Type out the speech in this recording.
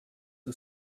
who